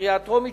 בקריאה הטרומית,